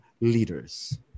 leaders